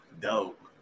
Dope